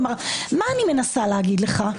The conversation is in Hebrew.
מה אני מנסה להגיד לך?